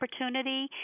opportunity